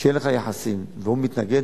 כשאין לך יחסים והוא מתנגד,